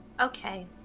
Okay